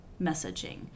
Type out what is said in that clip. messaging